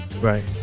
right